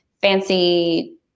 fancy